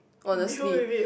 honestly